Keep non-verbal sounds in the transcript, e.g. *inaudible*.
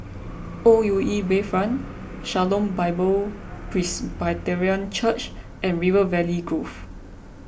*noise* O U E Bayfront Shalom Bible Presbyterian Church and River Valley Grove